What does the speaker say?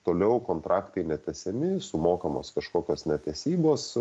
toliau kontraktai netęsiami sumokamos kažkokios netesybos